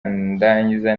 ndangiza